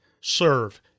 serve